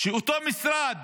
משרד